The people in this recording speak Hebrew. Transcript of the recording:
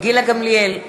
גילה גמליאל,